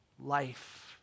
life